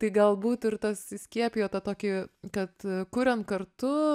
tai galbūt ir tas įskiepijo tą tokį kad kurian kartu